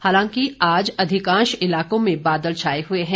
हालांकि आज अधिकांश इलाकों में बादल छाए हुए हैं